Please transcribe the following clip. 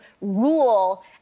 rule